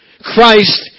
Christ